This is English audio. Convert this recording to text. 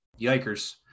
Yikers